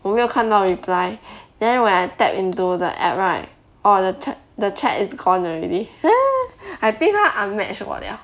我没有看到 reply then when I tap into the app right or the ch~ the chat is gone already I think 他 unmatch 我了